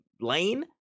lane